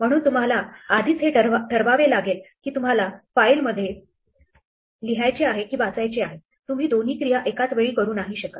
म्हणून तुम्हाला आधीच हे ठरवावे लागेल की तुम्हाला फाईल मध्ये लिहायचे आहे हे की वाचायचे आहे तुम्ही दोन्ही क्रिया एकाच वेळी नाही करू शकत